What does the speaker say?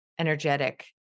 energetic